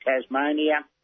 Tasmania